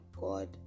god